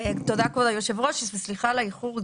תודה כבוד היושב-ראש וסליחה על האיחור,